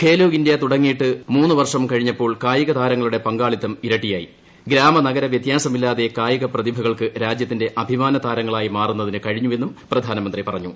Khelo India തുടങ്ങിയിട്ട് മൂന്ന് വർഷം കഴിഞ്ഞപ്പോൾ കായിക താരങ്ങളുടെ പങ്കാളിത്തം ഇരട്ടിയായി ഗ്രാമ നഗര വ്യത്യാസമില്ലാതെ കായിക പ്രതിഭകൾക്ക് രാജ്യത്തിന്റെ അഭിമാന താരങ്ങളായി മാറുന്നതിന് കഴിഞ്ഞു എന്നും പ്രധാനമന്ത്രി പറഞ്ഞു